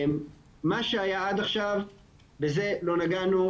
מה שהיה עד עכשיו בזה לא נגענו,